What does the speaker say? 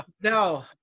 No